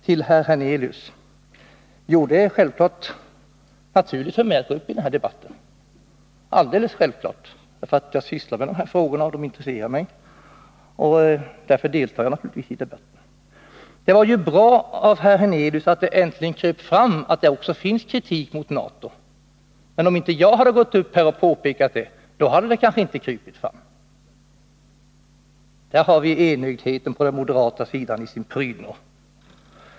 Till Allan Hernelius: Det är självfallet naturligt för mig att gå upp i den här debatten — alldeles självklart —, eftersom jag sysslar med frågor av det här slaget och de intresserar mig. Det var ju bra, herr Hernelius, att det äntligen kröp fram att det också finns kritik mot NATO. Men om jag inte hade gått upp här och påpekat det, hade det kanske inte krupit fram. Där har vi enögdheten på den moderata sidan i dess prydno.